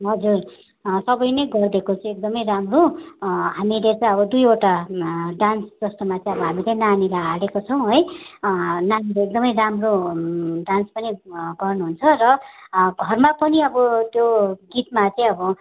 हजुर सबै नै गरिदिएको चाहिँ एकदमै राम्रो हामीले चाहिँ अब दुईवटा डान्स जस्तोमा चाहिँ अब हामीले चाहिँ नानीलाई हालेको छौँ है नानी एकदमै राम्रो डान्स पनि गर्नुहुन्छ र घरमा पनि अब त्यो गीतमा चाहिँ अब